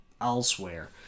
elsewhere